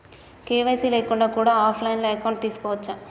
KYC లేకుండా కూడా offline account తీసుకోవచ్చా?